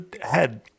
head